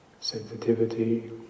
sensitivity